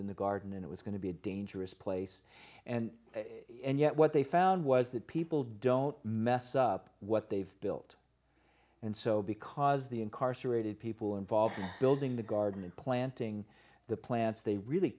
in the garden and it was going to be a dangerous place and yet what they found was that people don't mess up what they've built and so because the incarcerated people involved building the garden and planting the plants they really